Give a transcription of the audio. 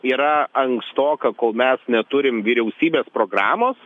yra ankstoka kol mes neturim vyriausybės programos